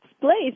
place